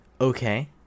Okay